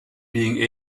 being